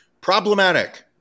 Problematic